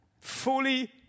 Fully